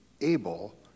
able